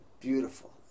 beautiful